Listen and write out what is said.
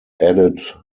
added